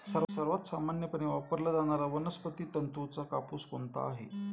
सर्वात सामान्यपणे वापरला जाणारा वनस्पती तंतूचा कापूस कोणता आहे?